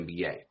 NBA